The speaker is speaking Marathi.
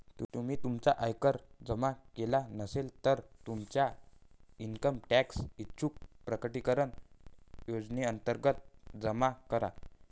तुम्ही तुमचा आयकर जमा केला नसेल, तर तुमचा इन्कम टॅक्स ऐच्छिक प्रकटीकरण योजनेअंतर्गत जमा करा